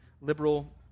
liberal